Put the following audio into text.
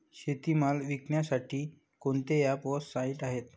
शेतीमाल विकण्यासाठी कोणते ॲप व साईट आहेत?